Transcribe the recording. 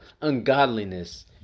ungodliness